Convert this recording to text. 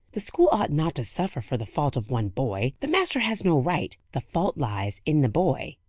the school ought not to suffer for the fault of one boy. the master has no right the fault lies in the boy,